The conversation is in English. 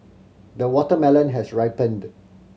the watermelon has ripened